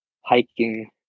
hiking